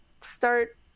start